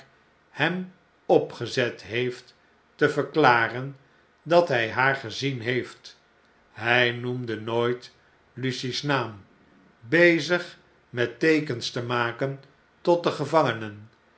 hem opgezet heef't te verklareri dat hij haar gezien heeft hjj noemde nooit lucie's naam bezig met teekens te maken tot de gevangenen